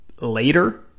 later